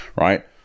right